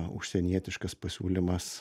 užsienietiškas pasiūlymas